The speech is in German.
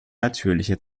natürliche